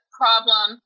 problem